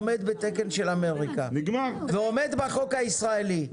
עומד בתקן של אמריקה ועומד בחוק הישראלי.